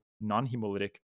Non-Hemolytic